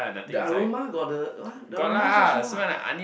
the aroma got the what the aroma so small ah